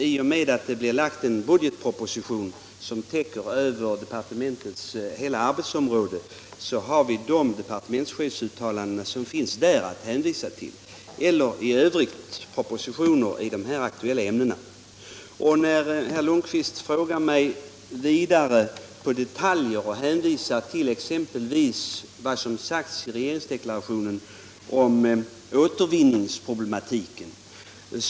I och med att en budgetproposition, som täcker departementens hela arbetsområde, läggs fram har vi departementschefsuttalandena i den att hänvisa till. I övrigt kan vi hänvisa till propositioner i de aktuella ämnena. Herr Lundkvist frågar mig vidare efter detaljer och hänvisar till vad som sagts i regeringsdeklarationen om återvinningsproblematiken.